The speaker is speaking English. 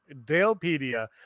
Dalepedia